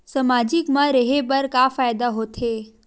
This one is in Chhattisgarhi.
सामाजिक मा रहे बार का फ़ायदा होथे?